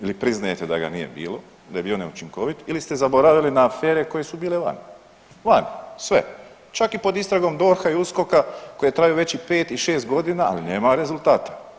Ili priznajete da ga nije bilo, da je bio neučinkovit ili ste zaboravili na afere koje su bile vani, vani sve, čak i pod istragom DORH-a i USKOK-a koje traju već i 5 i 6 godina, ali nema rezultata.